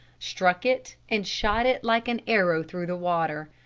struck it, and shot it like an arrow through the water.